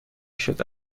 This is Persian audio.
شده